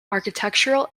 architectural